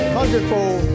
Hundredfold